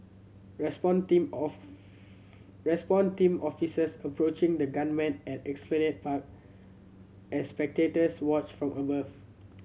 response team of response team officers approaching the gunman at Esplanade Park as spectators watch from above